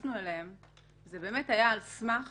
שהתכנסנו אליהן היו על סמך